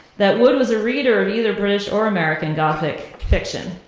that wood was a reader of either british or american gothic fiction.